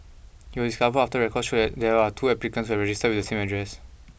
he was discovered after records showed that there were two applicants who had registered with the same address